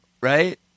right